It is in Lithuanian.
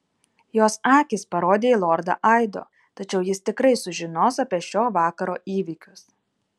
jos akys parodė į lordą aido tačiau jis tikrai sužinos apie šio vakaro įvykius